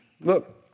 Look